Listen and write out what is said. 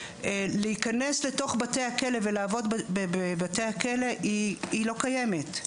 להיכנס לתוך בתי הכלא ולעבוד בבתי הכלא היא לא קיימת.